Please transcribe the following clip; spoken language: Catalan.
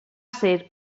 ser